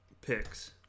picks